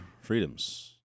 freedoms